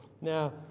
Now